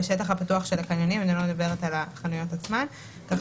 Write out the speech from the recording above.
בשטח הפתוח של הקניונים ואני לא מדברת על החנויות עצמן כך